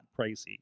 pricey